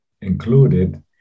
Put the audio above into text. included